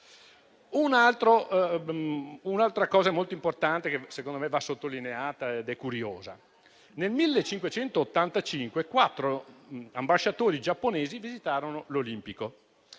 Un'altra cosa molto importante che secondo me va sottolineata ed è curiosa è la seguente: nel 1585 quattro ambasciatori giapponesi visitarono l'Olimpico.